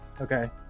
Okay